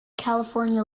california